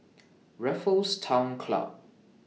Raffles Town Club